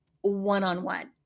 one-on-one